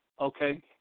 Okay